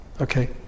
Okay